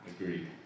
Agreed